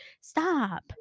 stop